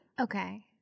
okay